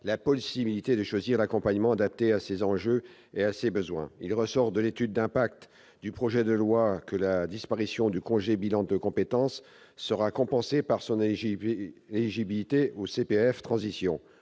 la possibilité de choisir l'accompagnement adapté à ses enjeux et à ses besoins. Il ressort de l'étude d'impact du projet de loi que la disparition du congé pour réaliser un bilan de compétences sera compensée par l'éligibilité de celui-ci au CPF de transition.